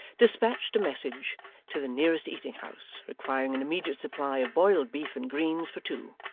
dispatched a message to the nearest eating-house requiring an immediate supply of boiled beef and greens for two.